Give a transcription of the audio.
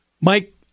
Mike